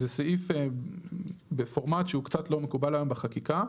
זה סעיף בפורמט שהוא קצת לא מקובל היום בחקיקה.